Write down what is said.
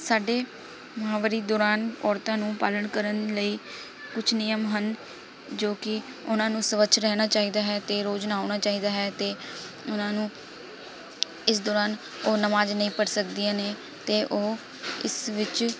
ਸਾਡੇ ਮਹਾਂਵਾਰੀ ਦੌਰਾਨ ਔਰਤਾਂ ਨੂੰ ਪਾਲਣ ਕਰਨ ਲਈ ਕੁਝ ਨਿਯਮ ਹਨ ਜੋ ਕਿ ਉਹਨਾਂ ਨੂੰ ਸਵੱਛ ਰਹਿਣਾ ਚਾਹੀਦਾ ਹੈ ਤੇ ਰੋਜ਼ ਨਹਾਉਣਾ ਚਾਹੀਦਾ ਹੈ ਅਤੇ ਉਹਨਾਂ ਨੂੰ ਇਸ ਦੌਰਾਨ ਉਹ ਨਮਾਜ਼ ਨਹੀਂ ਪੜ੍ਹ ਸਕਦੀਆਂ ਨੇ ਅਤੇ ਉਹ ਇਸ ਵਿੱਚ